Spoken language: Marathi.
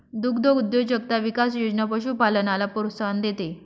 दुग्धउद्योजकता विकास योजना पशुपालनाला प्रोत्साहन देते